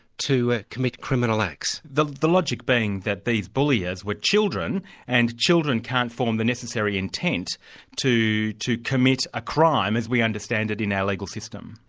to ah commit criminal acts. the the logic being that these bulliers were children and children can't form the necessary intent to to commit a crime as we understand it in our legal system.